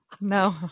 No